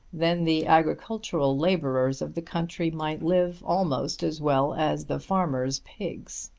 then the agricultural labourers of the country might live almost as well as the farmers' pigs.